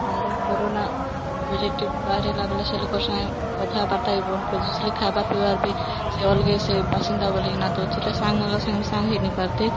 ଆରୁ corona positive ବାହାରିଲା ବେଲେ ସେ ଲୋକର୍ ସାଙ୍ଗେ କଥାବାର୍ତ୍ତା ବି ବନ୍ଦ୍ କରି ଦେଉଥିଲେ ଖାଇବା ପିଇବାର୍ ବି ସିଏ ଅଲ୍ଗା ସେ ବାସିନ୍ଦା ବୋଲିକିନା ଦେଉଥିଲେ ସାଙ୍ଗ୍ମାନ୍ଙ୍କର୍ ସାଙ୍ଗେ ସାଙ୍ଗ୍ ହେଇ ନି ପାରୁଥାଇ